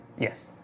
Yes